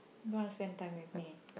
don't want to spend time with me